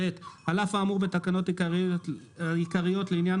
(ב)על אף האמור בתקנות העיקריות לעניין